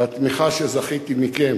והתמיכה שזכיתי מכם